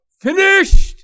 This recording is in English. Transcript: Finished